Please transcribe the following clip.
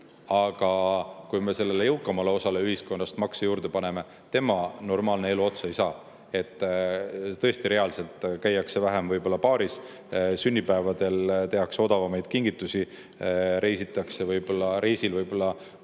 Aga kui me sellele jõukamale osale ühiskonnast makse juurde paneme, siis tema normaalne elu otsa ei saa. Tõesti reaalselt käiakse vähem võib-olla baaris, sünnipäevadel tehakse odavamaid kingitusi, reisitakse [vähem], võib-olla